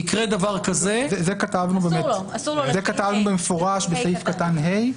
יקרה דבר כזה --- את זה כתבנו במפורש בסעיף קטן (ה),